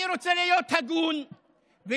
אני רוצה להיות הגון ולהגיד